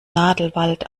nadelwald